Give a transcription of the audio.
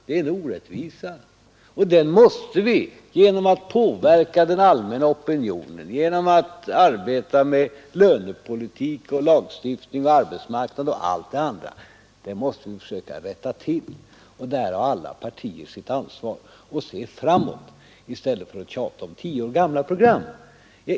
Det är en orättvisa, och det måste vi genom att påverka den allmänna opinionen och genom att arbeta med lönepolitik och lagstiftning och arbetsmarknad och allt det andra försöka rätta till. Och där har alla partier sitt ansvar för att se framåt i stället för att tjata om 10 år gamla program.